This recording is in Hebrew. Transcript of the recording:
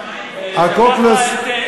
רגע, מה אתי?